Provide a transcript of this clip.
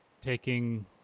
taking